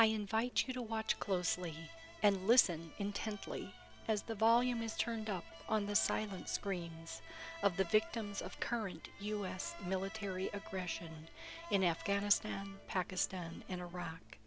i invite you to watch closely and listen intently as the volume is turned up on the silent screams of the victims of current u s military aggression in afghanistan pakistan and iraq